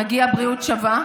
חזק וברוך.